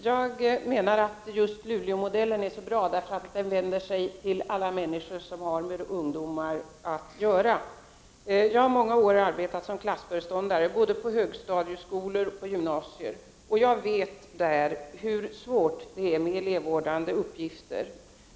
Fru talman! Det som är bra med Luleåmodellen är just att den vänder sig till alla de människor som har med ungdomar att göra. Jag har under många år arbetat som klassföreståndare i högstadieskolor och i gymnasier. Jag vet hur svårt det är med elevvårdande uppgifter.